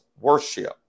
worship